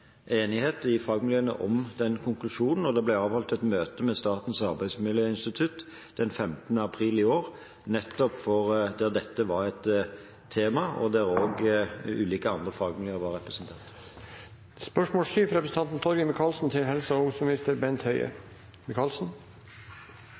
enighet i fagmiljøene om konklusjonen. Det ble avholdt et møte med Statens arbeidsmiljøinstitutt den 15. april i år, der nettopp dette var et tema, og der også ulike andre fagmiljøer var representert.